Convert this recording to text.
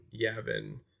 Yavin